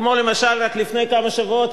כמו למשל רק לפני כמה שבועות,